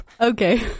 Okay